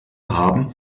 haben